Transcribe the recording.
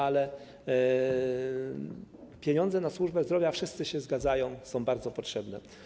Ale pieniądze na służbę zdrowia, tu wszyscy się zgadzają, są bardzo potrzebne.